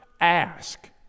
ask